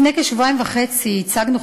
לפני כשבועיים וחצי ייצגנו,